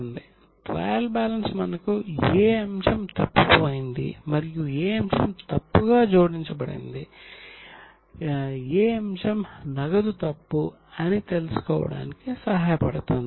trial balance మనకు ఏ అంశం తప్పిపోయింది మరియు ఏ అంశం తప్పుగా జోడించబడింది ఏ అంశం నగదు తప్పు అని తెలుసుకోవడానికి సహాయపడుతుంది